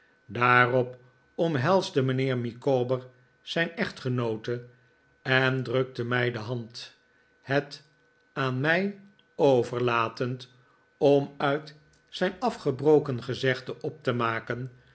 daarop omhelsde mijnheer micawber zijn echtgenoote en drukte mij de hand het aan mij overlatend om uit zijn afgebrbken gezegde op te maken